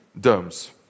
domes